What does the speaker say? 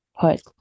put